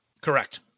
Correct